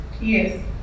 Yes